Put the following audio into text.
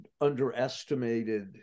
underestimated